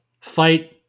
fight